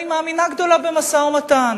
אני מאמינה גדולה במשא-ומתן.